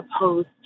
opposed